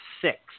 six